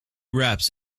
raps